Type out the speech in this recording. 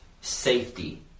safety